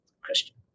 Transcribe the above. Christian